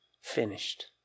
finished